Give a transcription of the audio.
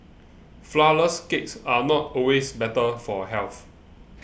Flourless Cakes are not always better for health